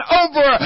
over